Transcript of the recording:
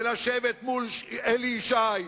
ולשבת מול אלי ישי,